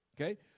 Okay